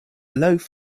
loaf